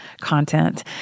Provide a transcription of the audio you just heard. content